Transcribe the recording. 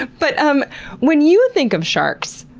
but um when you think of sharks,